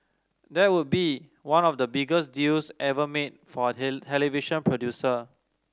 that would be one of the biggest deals ever made for a television producer